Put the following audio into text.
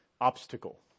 obstacle